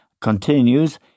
continues